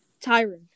Tyron